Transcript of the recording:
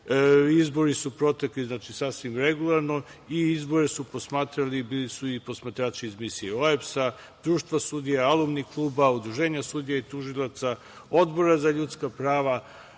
Izbori su protekli sasvim regularno i izbore su posmatrali iz Misije OEBS, Društo sudija, Alumni kluba, Udruženja sudija i tužilaca, Odbora za ljudska prava,